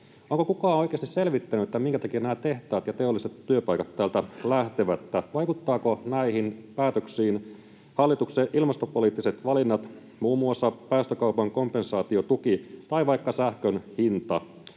Onko kukaan oikeasti selvittänyt, minkä takia nämä tehtaat ja teolliset työpaikat täältä lähtevät? Vaikuttavatko näihin päätöksiin hallituksen ilmastopoliittiset valinnat, muun muassa päästökaupan kompensaatiotuki, tai vaikka sähkön hinta?